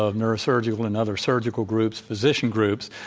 ah neurosurgery and and other surgical groups, physician groups,